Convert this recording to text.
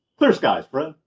clear skies friend!